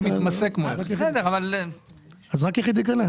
אז רק יחיד ייכנס.